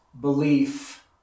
belief